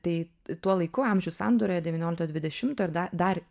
tai tuo laiku amžių sandūroje devyniolikto dvidešimto dar